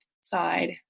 side